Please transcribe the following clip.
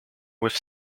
with